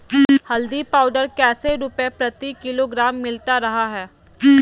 हल्दी पाउडर कैसे रुपए प्रति किलोग्राम मिलता रहा है?